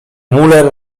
müller